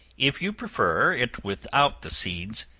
if you prefer it without the seeds,